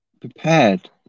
prepared